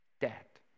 Debt